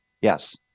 Yes